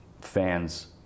fans